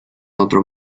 otro